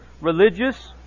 religious